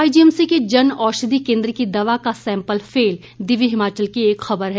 IGMC के जन औषधि केन्द्र की दवा का सैम्पल फेल दिव्य हिमाचल की एक खबर है